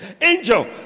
angel